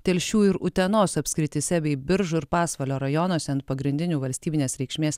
telšių ir utenos apskrityse bei biržų ir pasvalio rajonuose ant pagrindinių valstybinės reikšmės